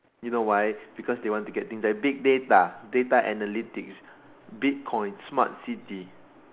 you know why because they want to get things like big data data analytics bitcoin smart city